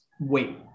wait